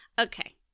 Okay